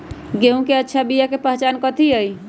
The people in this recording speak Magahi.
गेंहू के अच्छा बिया के पहचान कथि हई?